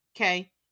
okay